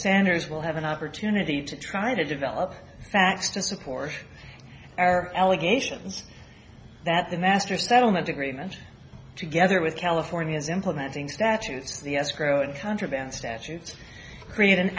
sanders will have an opportunity to try to develop facts to support our allegations that the master settlement agreement together with california's implementing statutes the escrowed contraband statutes create an